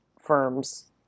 firms